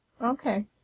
Okay